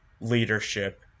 leadership